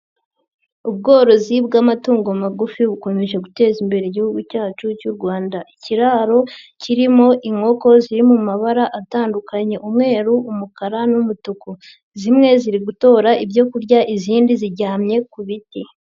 Ubworozi bw'amatungo magufi bukomeje guteza imbere Igihugu cyacu cy'u Rwanda. Ikiraro kirimo inkoko ziri mu mabara atandukanye umweru, umukara n'umutuku. Zimwe ziri gutora ibyo kurya izindi ziryamye ku biti.